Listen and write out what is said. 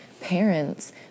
parents